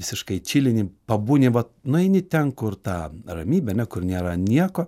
visiškai čilini pabūni vat nueini ten kur ta ramybė ar ne kur nėra nieko